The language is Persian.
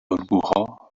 الگوها